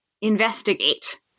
investigate